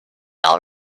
all